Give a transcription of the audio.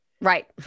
right